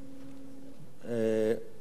השר נאמן,